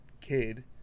kid